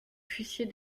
fussiez